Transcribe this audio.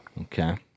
Okay